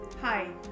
hi